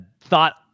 thought